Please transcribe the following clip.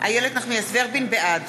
בעד